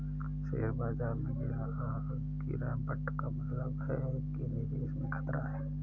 share बाजार में गिराबट का मतलब है कि निवेश में खतरा है